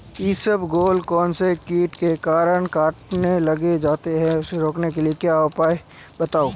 इसबगोल कौनसे कीट के कारण कटने लग जाती है उसको रोकने के उपाय बताओ?